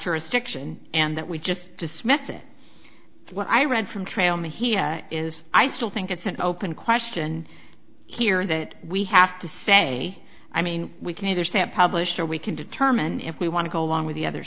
restriction and that we just dismiss it what i read from trail me here is i still think it's an open question here that we have to say i mean we can either stamp publish or we can determine if we want to go along with the other